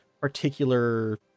particular